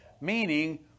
Meaning